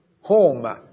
home